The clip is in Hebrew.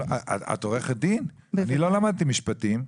את עורכת דין, אני לא למדתי משפטים.